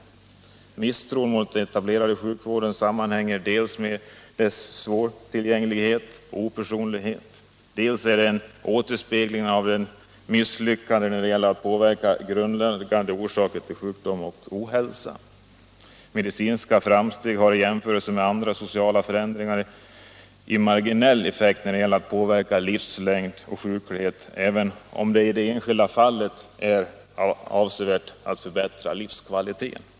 Dels sammanhänger misstron mot den etablerade sjukvården med dess svårtillgänglighet och opersonlighet, dels är den en återspegling av sjukvårdens misslyckande när det gäller att påverka grundläggande orsaker till sjukdom och ohälsa. Medicinska framsteg har i jämförelse med andra sociala förändringar en marginell effekt när det gäller att påverka livslängd och sjuklighet, även om de i enskilda fall innebär en avsevärt förbättrad livskvalitet.